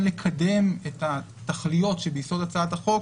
לקדם את התכליות שבייסוד הצעת החוק